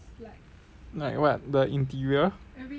like what the interior